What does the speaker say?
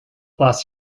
last